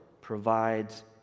provides